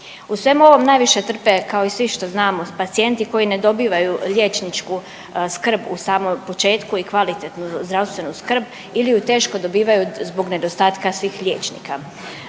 U svemu ovom najviše trpe kao i svi što znamo pacijenti koji ne dobivaju liječničku skrb u samom početku i kvalitetnu zdravstvenu skrb ili ju teško dobivaju zbog nedostatka svih liječnika.